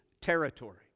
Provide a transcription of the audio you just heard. territory